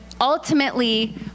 ultimately